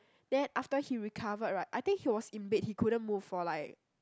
then after he recovered right I think he was in bed he couldn't move for like